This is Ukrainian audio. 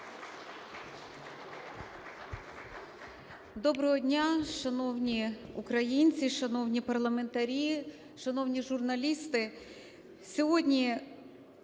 Доброго дня, шановні українців, шановні парламентарі, шановні журналісти! Сьогодні